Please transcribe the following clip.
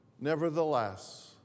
nevertheless